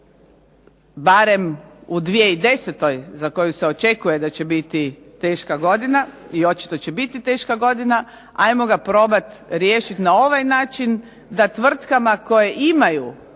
barem u 2010. za koju se očekuje da će biti teška godina, i očito će biti teška godina. 'Ajmo ga probati riješiti na ovaj način da tvrtkama koje imaju